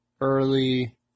early